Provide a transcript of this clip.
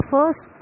First